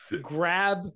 grab